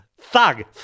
Thug